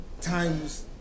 times